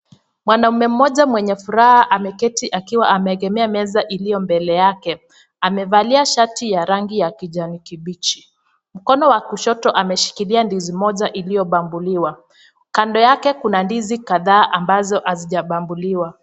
Mwanaume mmoja mwenye furaha ameketi akiwa ameegemea meza iliyo mbele yake. Amevalia shati ya rangi ya kijani kibichi. Mkono wa kushoto ameshikilia ndizi moja iliyombabuliwa. Kando yake kuna ndizi kadhaa ambazo hazijambabuliwa.